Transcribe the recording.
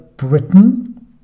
britain